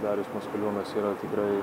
darius maskoliūnas yra tikrai